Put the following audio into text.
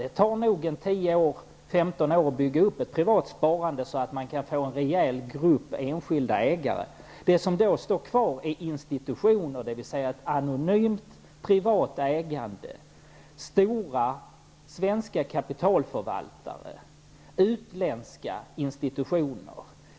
Det tar nog 10--15 år att bygga upp ett privat sparande så att man kan få en rejäl grupp enskilda ägare. De som då står kvar är institutioner -- dvs. ett anonymt privat ägande -- stora svenska kapitalförvaltare, utländska institutioner.